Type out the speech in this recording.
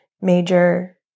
major